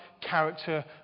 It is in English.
character